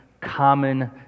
common